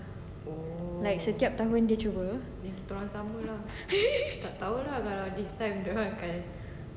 like setiap tahun dia cuba